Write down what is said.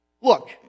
Look